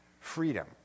freedom